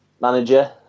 manager